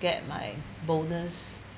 get my bonus